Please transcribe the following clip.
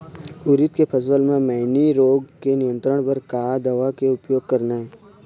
उरीद के फसल म मैनी रोग के नियंत्रण बर का दवा के उपयोग करना ये?